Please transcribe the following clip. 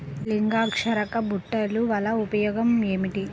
లింగాకర్షక బుట్టలు వలన ఉపయోగం ఏమిటి?